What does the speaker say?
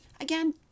again